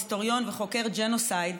היסטוריון וחוקר ג'נוסייד,